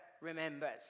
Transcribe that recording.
remembers